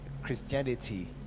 Christianity